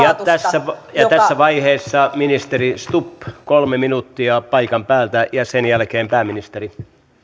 ja tässä vaiheessa ministeri stubb kolme minuuttia paikan päältä ja sen jälkeen pääministeri